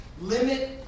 limit